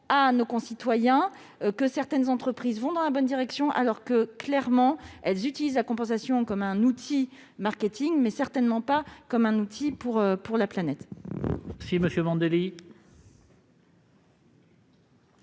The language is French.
à nos concitoyens que certaines entreprises vont dans la bonne direction, alors que, clairement, elles utilisent la compensation comme un outil marketing, et certainement pas comme un outil pour la planète. La parole est